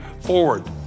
forward